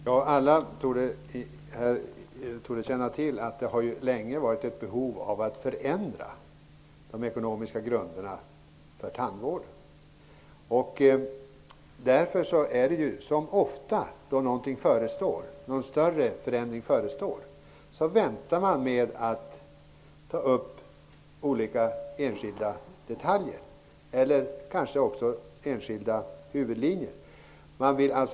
Herr talman! Alla torde känna till att det länge har funnits ett behov av att förändra de ekonomiska grunderna för tandvården. Därför är det ofta så att när någon större förändring skall vidtas väntar man med att ta upp enskilda detaljer eller huvudlinjer till diskussion.